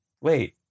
wait